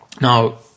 Now